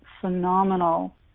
phenomenal